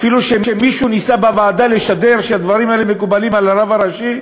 אפילו שמישהו ניסה בוועדה לשדר שהדברים האלה מקובלים על הרב הראשי,